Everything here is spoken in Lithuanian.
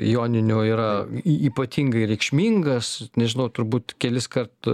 joninių yra ypatingai reikšmingas nežinau turbūt keliskart